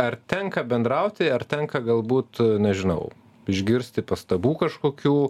ar tenka bendrauti ar tenka galbūt nežinau išgirsti pastabų kažkokių